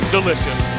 Delicious